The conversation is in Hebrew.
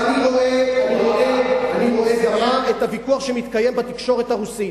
אני רואה את הוויכוח שמתקיים בתקשורת הרוסית.